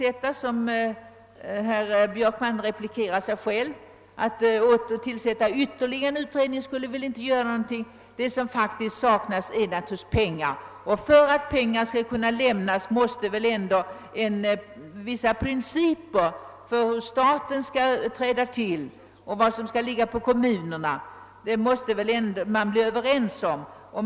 Att som herr Björkman replikerar tillsätta en ytterligare utredning skulle inte göra någon nytta, eftersom det som saknas naturligtvis är pengar. För att staten skall träda till måste väl ändå vissa principer tillämpas. Man måste vara överens om vad som skall ligga på staten och om vad som skall ligga på kommunerna.